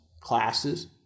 classes